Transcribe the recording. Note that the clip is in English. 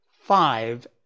five